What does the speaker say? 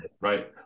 right